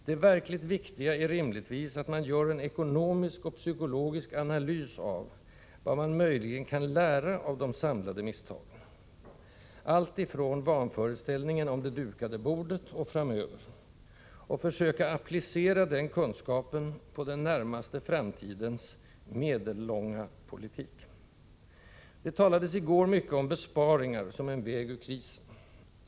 Det verkligt viktiga är rimligtvis att man gör en ekonomisk och psykologisk analys av vad man möjligen kan lära av de samlade misstagen, alltifrån vanföreställningen om ”det dukade bordet” och framöver, och försöker applicera den kunskapen på den närmaste framtidens — ”medellånga” — politik. Det talades i går mycket om besparingar som en väg ur krisen.